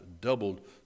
doubled